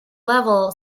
level